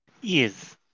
Yes